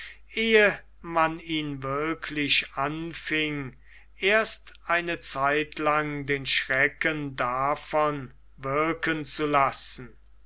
man ihn wirklich anfinge erst eine zeitlang den schrecken davon wirken zu lassen